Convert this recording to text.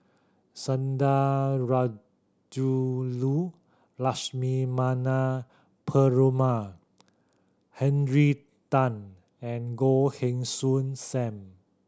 Sundarajulu Lakshmana Perumal Henry Tan and Goh Heng Soon Sam